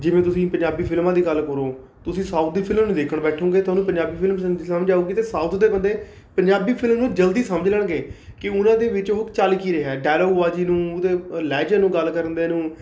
ਜਿਵੇਂ ਤੁਸੀਂ ਪੰਜਾਬੀ ਫਿਲਮਾਂ ਦੀ ਗੱਲ ਕਰੋ ਤੁਸੀਂ ਸਾਊਥ ਦੀ ਫਿਲਮ ਨਹੀਂ ਦੇਖਣ ਬੈਠੁੰਗੇ ਤੁਹਾਨੂੰ ਪੰਜਾਬੀ ਫਿਲਮ ਹੀ ਸਮਝ ਆਉਗੀ ਅਤੇ ਸਾਊਥ ਦੇ ਬੰਦੇ ਪੰਜਾਬੀ ਫਿਲਮ ਨੂੰ ਜਲਦੀ ਸਮਝ ਲੈਣਗੇ ਕਿ ਉਹਨਾਂ ਦੇ ਵਿੱਚ ਉਹ ਚੱਲ ਕੀ ਰਿਹਾ ਡਾਇਲੋਗ ਬਾਜੀ ਨੂੰ ਉਹਨਾਂ ਦੇ ਲਹਿਜ਼ੇ ਨੂੰ ਗੱਲ ਕਰਨ ਦੇ ਨੂੰ